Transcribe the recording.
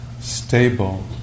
stable